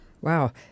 Wow